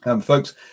Folks